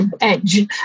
edge